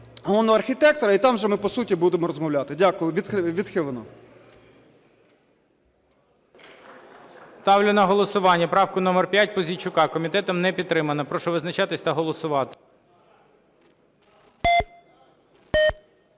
головного архітектора, і там вже ми по суті будемо розмовляти. Дякую. Відхилено.